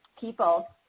people